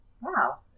Wow